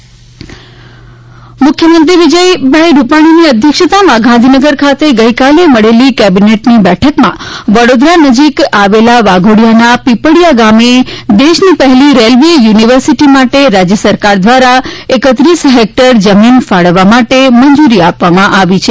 મુખ્યમંત્રી રેલવે મંજુરી મુખ્યમંત્રી વિજય રૂપાણીની અધ્યક્ષતામાં ગાઁધીનગર ખાતે ગઈકાલે મળેલી કેબિનેટની બેઠકમાં વડોદરા નજીક આવેલ વાઘોડીયાના પીપળિયા ગામે દેશની પહેલી રેલ્વે યૂનિવર્સિટી માટે રાજ્ય સરકાર દ્વારા જમીન ફાળવા માટે મંજૂરી આપવામાં આવી હતી